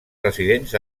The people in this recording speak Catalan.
residents